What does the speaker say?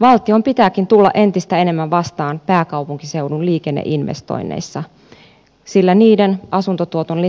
valtion pitääkin tulla entistä enemmän vastaan pääkaupunkiseudun liikenneinvestoinneissa sillä niiden asuntotuotannon